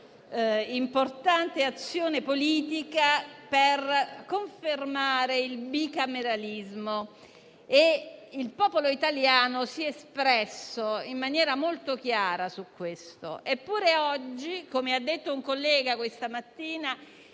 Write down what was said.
importante azione politica per confermare il bicameralismo e il popolo italiano si è espresso in maniera molto chiara sul punto. Eppure oggi, come ha detto un collega questa mattina,